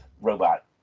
robot